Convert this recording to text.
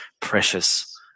precious